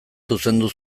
zuzendu